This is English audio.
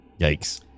Yikes